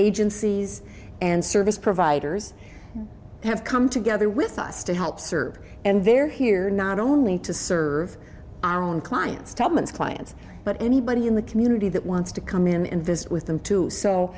agencies and service providers have come together with us to help serve and they're here not only to serve our own clients tubman's clients but anybody in the community that wants to come in and visit with them too so